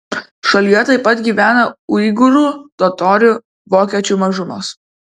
šalyje taip pat gyvena uigūrų totorių vokiečių mažumos